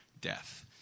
Death